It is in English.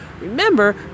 Remember